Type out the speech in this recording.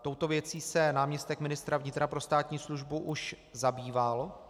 Touto věcí se náměstek ministra vnitra pro státní službu už zabýval.